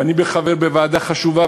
ואני חבר בוועדה חשובה,